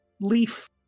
leaf